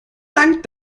dank